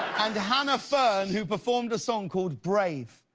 and hanna fern who performed a song called brave.